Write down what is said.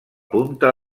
punta